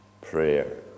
Prayer